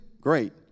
Great